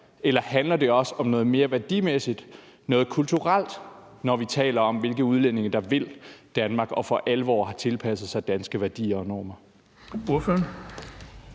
Eller handler det også om noget mere værdimæssigt, noget kulturelt, når vi taler om, hvilke udlændinge der vil Danmark og for alvor har tilpasset sig danske værdier og normer?